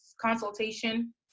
consultation